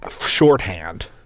Shorthand